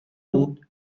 بود